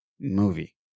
movie